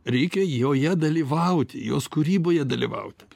reikia joje dalyvauti jos kūryboje dalyvauti